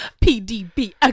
pdb